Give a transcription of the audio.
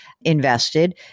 invested